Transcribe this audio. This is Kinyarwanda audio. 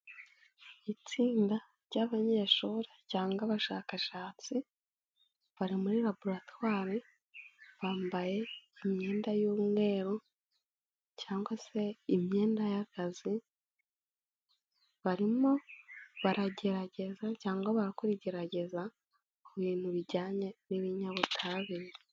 Itsinda ry'abanyeshuri cyangwa abashakashatsi bari muri laboratwari, bambaye imyenda y'umweru cyangwa se imyenda y'akazi, barimo baragerageza cyangwa barakora igerageza ku bintu bijyanye n'ibinyabutabire.